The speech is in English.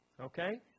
Okay